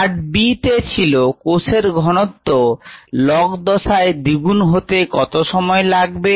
পাট b তে ছিল কোষের ঘনত্ব লগ দশায় দ্বিগুণ হতে কত সময় লাগবে